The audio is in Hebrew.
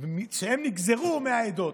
שהם נגזרו מהעדות,